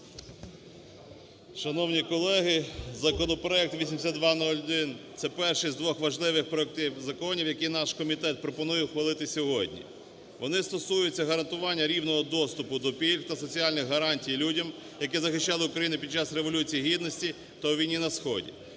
Шановні колеги, законопроект 8201 – це перший з двох важливих проектів законів, який наш комітет пропонує ухвалити сьогодні. Вони стосуються гарантування рівного доступу до пільг та соціальних гарантій людям, які захищали Україну під час Революції Гідності та у війні на сході.